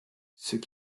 ceux